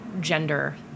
gender